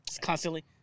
constantly